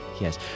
yes